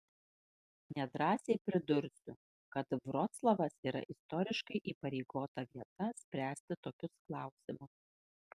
nedrąsiai pridursiu kad vroclavas yra istoriškai įpareigota vieta spręsti tokius klausimus